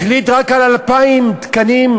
החליט רק על 2,000 תקנים,